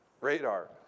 radar